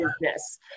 business